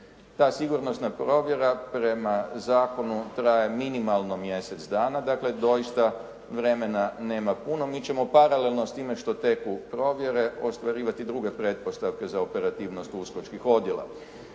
Ta sigurnosna provjera prema zakonu traje minimalno mjesec dana, dakle doista vremena nema puno. Mi ćemo paralelno s time što teku provjere, ostvarivati druge pretpostavke za operativnost USKOK-čih odjela.